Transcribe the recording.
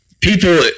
people